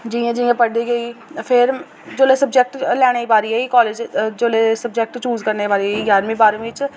जि'यां जि'यां पढ़दी गेई फिर जोल्लै सब्जेक्ट लैने दी बारी आई कॉलेज़ जोल्लै सब्जेक्ट चूज़ करने बारी आई जारमीं बारमीं च